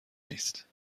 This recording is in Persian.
نیست